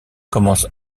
commence